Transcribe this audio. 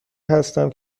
هستم